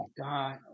God